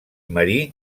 marí